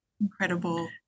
Incredible